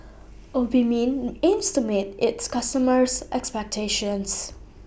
Obimin aims to meet its customers' expectations